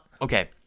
okay